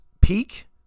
peak